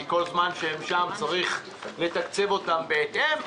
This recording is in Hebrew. כי כל זמן שהם שם צריך לתקצב אותם בהתאם.